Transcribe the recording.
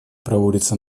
проводится